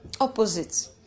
opposite